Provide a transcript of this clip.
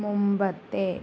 മുമ്പത്തെ